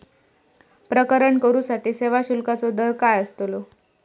प्रकरण करूसाठी सेवा शुल्काचो दर काय अस्तलो?